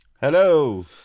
Hello